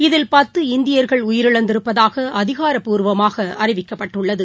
இதில் பத்து இந்தியர்கள் உயிரிழந்திருப்பதாக அதிகாரப்பூர்வமாக அறிவிக்கப்பட்டுள்ளது